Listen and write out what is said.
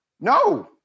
no